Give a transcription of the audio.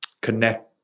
connect